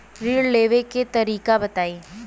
ऋण लेवे के तरीका बताई?